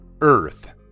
Earth